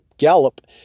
gallop